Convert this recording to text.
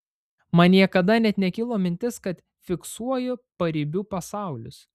man niekada net nekilo mintis kad fiksuoju paribių pasaulius